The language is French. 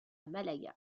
malaga